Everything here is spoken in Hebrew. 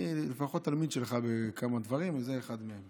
אני לפחות תלמיד שלך בכמה דברים וזה אחד מהם.